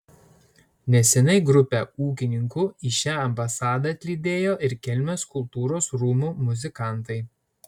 neseniai grupę ūkininkų į šią ambasadą atlydėjo ir kelmės kultūros rūmų muzikantai